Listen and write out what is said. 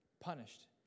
punished